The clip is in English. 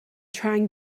trying